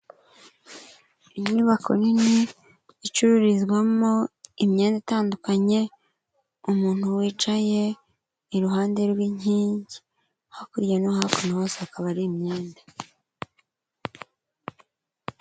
Inyubako nini icururizwamo imyenda itandukanye; umuntu wicaye iruhande rw'inkingi; hakurya no hakuno hose akaba ari imyenda.